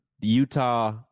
Utah